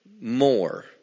more